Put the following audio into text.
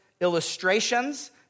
illustrations